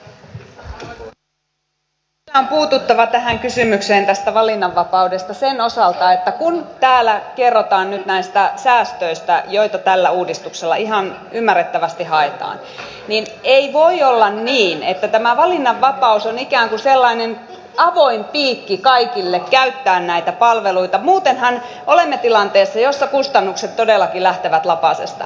on vielä puututtava tähän kysymykseen tästä valinnanvapaudesta sen osalta että kun täällä kerrotaan nyt näistä säästöistä joita tällä uudistuksella ihan ymmärrettävästi haetaan niin ei voi olla niin että tämä valinnanvapaus on ikään kuin sellainen avoin piikki kaikille käyttää näitä palveluita muutenhan olemme tilanteessa jossa kustannukset todellakin lähtevät lapasesta